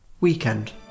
Weekend